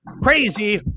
crazy